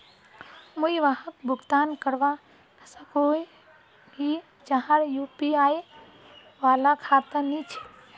मुई वहाक भुगतान करवा सकोहो ही जहार यु.पी.आई वाला खाता नी छे?